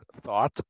thought